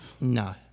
No